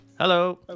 Hello